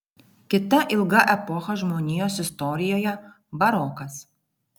kita ilga epocha žmonijos istorijoje barokas